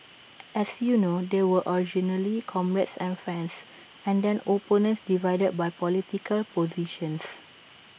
as you know they were originally comrades and friends and then opponents divided by political positions